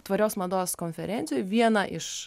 tvarios mados konferencijoj viena iš